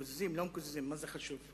מקוזזים, לא מקוזזים, מה זה חשוב?